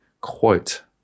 quote